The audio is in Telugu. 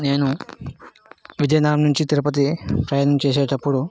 నేను విజయనగరం నుంచి తిరుపతి ప్రయాణం చేసేటప్పుడు